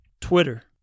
Twitter